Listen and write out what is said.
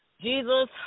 Jesus